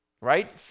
right